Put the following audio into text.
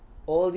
ya